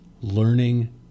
Learning